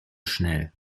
schnell